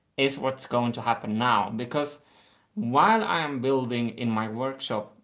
is what's going to happen now. because while i am building in my workshop,